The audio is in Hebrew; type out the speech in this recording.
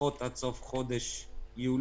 לפחות עד סוף חודש יולי.